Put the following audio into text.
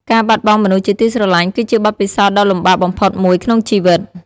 ការបាត់បង់មនុស្សជាទីស្រឡាញ់គឺជាបទពិសោធន៍ដ៏លំបាកបំផុតមួយក្នុងជីវិត។